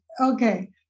Okay